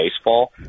baseball